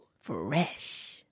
Fresh